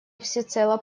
всецело